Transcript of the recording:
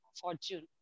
fortune